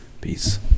peace